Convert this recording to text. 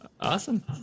Awesome